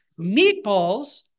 meatballs